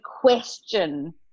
question